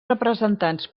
representants